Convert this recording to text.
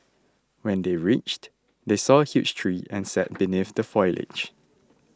when they reached they saw a huge tree and sat beneath the foliage